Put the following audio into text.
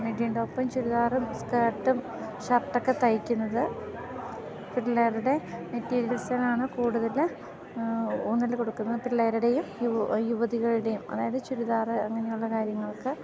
മിഡിയും ടോപ്പും ചുരിദാറും സ്ക്ർട്ടും ഷർട്ടൊക്കെ തയിക്കുന്നത് പിള്ളേരുടെ മെറ്റീരിയൽസിനാണ് കൂടുതൽ ഊന്നല് കൊടുക്കുന്നത് പിള്ളേരുടെയും യുവതികളുടേയും അതായത് ചുരിദാറ് അങ്ങനെ ഉള്ള കാര്യങ്ങൾക്ക്